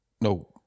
no